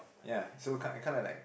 ya so kind it kind of like